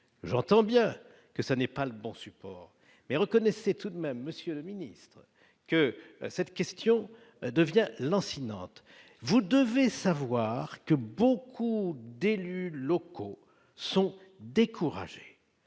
j'entends bien que ça n'est pas le bon support mais reconnaissez tout de même Monsieur le Ministre, que cette question devient lancinante, vous devez savoir que beaucoup d'élus locaux sont découragés